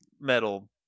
metal